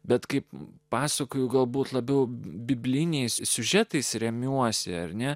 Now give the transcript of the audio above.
bet kaip pasakojo galbūt labiau bibliniais siužetais remiuosi ar ne